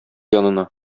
янына